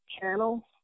channel